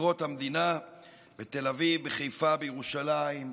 וכיכרות המדינה בתל אביב, בחיפה, בירושלים,